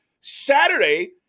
Saturday